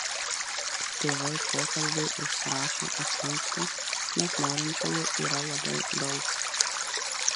tėvai pokalbiui užsirašo iš anksto nes norinčiųjų yra labai daug